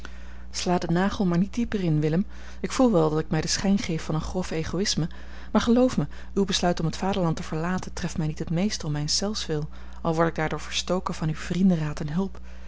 sla den nagel maar niet dieper in willem ik voel wel dat ik mij den schijn geef van een grof egoïsme maar geloof mij uw besluit om t vaderland te verlaten treft mij niet het meest om mijns zelfs wil al word ik daardoor verstoken van uw vriendenraad en hulp